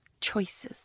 choices